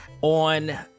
on